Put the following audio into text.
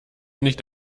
nicht